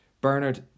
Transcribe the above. Bernard